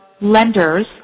lenders